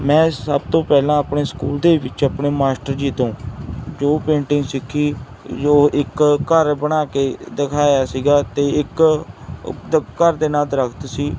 ਮੈਂ ਸਭ ਤੋਂ ਪਹਿਲਾਂ ਆਪਣੇ ਸਕੂਲ ਦੇ ਵਿੱਚ ਆਪਣੇ ਮਾਸਟਰ ਜੀ ਤੋਂ ਜੋ ਪੇਂਟਿੰਗ ਸਿੱਖੀ ਜੋ ਇੱਕ ਘਰ ਬਣਾ ਕੇ ਦਿਖਾਇਆ ਸੀਗਾ ਅਤੇ ਇੱਕ ਘਰ ਦੇ ਨਾਲ ਦਰਖਤ ਸੀ